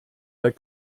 der